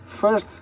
first